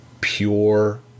pure